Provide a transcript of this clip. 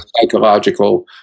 psychological